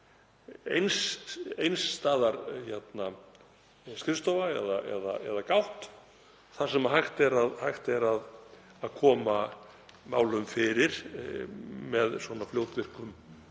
einhvers staðar skrifstofa eða gátt þar sem hægt er að koma málum fyrir með fljótvirkum